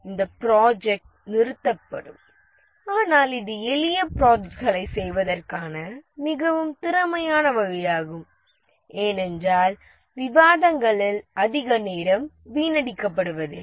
இந்த ப்ராஜெக்ட் நிறுத்தப்படும் ஆனால் இது எளிய ப்ராஜெக்ட்களைச் செய்வதற்கான மிகவும் திறமையான வழியாகும் ஏனென்றால் விவாதங்களில் அதிக நேரம் வீணடிக்கப்படுவதில்லை